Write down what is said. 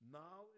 now